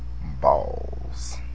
balls